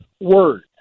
word